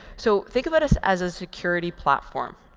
so think about us as a security platform.